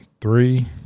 Three